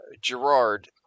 Gerard